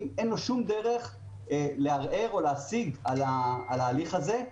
אין שום דרך לערער או להשיג על ההליך הזה,